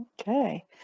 Okay